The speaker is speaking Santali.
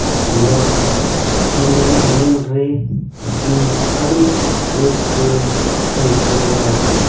ᱱᱚᱣᱟ ᱮᱱᱮᱡ ᱧᱮᱞ ᱨᱮ ᱤᱧ ᱟᱹᱰᱤ ᱨᱟᱹᱥᱠᱟᱹᱧ ᱟᱹᱭᱠᱟᱹᱣᱟ